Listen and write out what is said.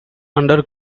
under